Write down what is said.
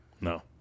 No